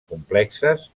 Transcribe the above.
complexes